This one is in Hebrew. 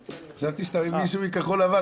חשבתי שאתה מביא מישהו מכחול לבן,